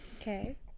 okay